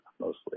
mostly